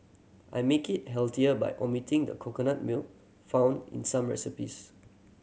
I make it healthier by omitting the coconut milk found in some recipes